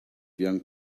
young